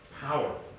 Powerful